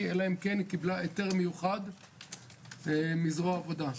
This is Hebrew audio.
אלא אם קבלה היתר מיוחד מזרוע עבודה.